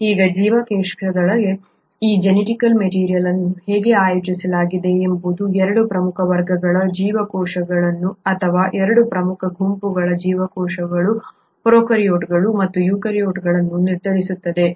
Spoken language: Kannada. ಈಗ ಜೀವಕೋಶದೊಳಗೆ ಈ ಜೆನೆಟಿಕ್ ಮೆಟೀರಿಯಲ್ ಅನ್ನು ಹೇಗೆ ಆಯೋಜಿಸಲಾಗಿದೆ ಎಂಬುದು 2 ಪ್ರಮುಖ ವರ್ಗಗಳ ಜೀವಕೋಶಗಳನ್ನು ಅಥವಾ 2 ಪ್ರಮುಖ ಗುಂಪುಗಳ ಜೀವಕೋಶಗಳು ಪ್ರೊಕಾರ್ಯೋಟ್ಗಳು ಮತ್ತು ಯೂಕ್ಯಾರಿಯೋಟ್ಗಳನ್ನು ನಿರ್ಧರಿಸುತ್ತದೆ